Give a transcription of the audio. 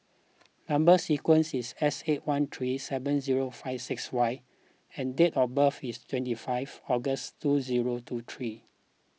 Number Sequence is S eight one three seven zero five six Y and date of birth is twenty five August two zero two three